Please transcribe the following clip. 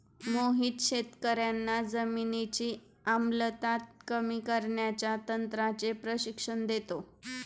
मोहित शेतकर्यांना जमिनीची आम्लता कमी करण्याच्या तंत्राचे प्रशिक्षण देतो